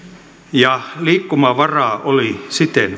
ja liikkumavaraa oli siten